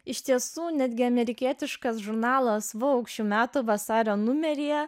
iš tiesų netgi amerikietiškas žurnalas vogue šių metų vasario numeryje